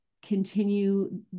continue